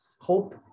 Hope